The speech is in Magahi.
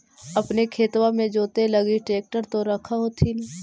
अपने खेतबा मे जोते लगी ट्रेक्टर तो रख होथिन?